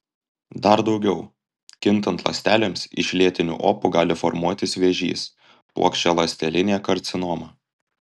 dar daugiau kintant ląstelėms iš lėtinių opų gali formuotis vėžys plokščialąstelinė karcinoma